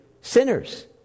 sinners